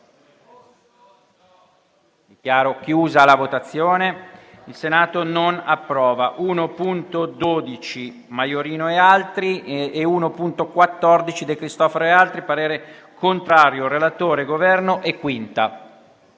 **Il Senato non approva**.